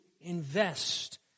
invest